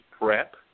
prep